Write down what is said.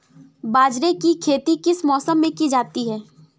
बाजरे की खेती किस मौसम में की जाती है?